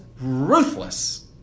ruthless